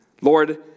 Lord